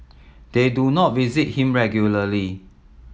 they do not visit him regularly